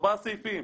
ארבעה סעיפים,